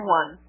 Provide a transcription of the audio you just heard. one